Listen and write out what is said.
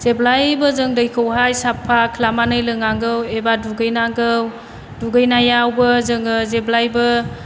जेब्लायबो जों दैखौहाय साफा खालामनानै लोंनांगौ एबा दुगैनांगौ दुगैनायावबो जोङो जेब्लायबो